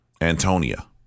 Antonia